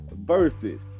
versus